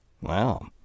Wow